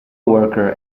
worker